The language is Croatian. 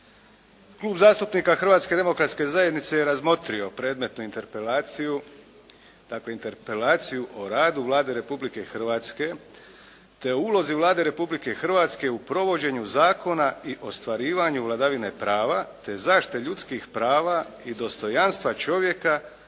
Klub zastupnika Hrvatske demokratske zajednice je razmotrio predmetnu interpelaciju, dakle interpelaciju o radu Vlade Republike Hrvatske, te ulozi Vlade Republike Hrvatske u provođenju zakona i ostvarivanju vladavine prava, te zašite ljudskih prava i dostojanstva čovjeka